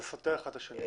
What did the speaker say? זה סותר אחד את השני.